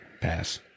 Pass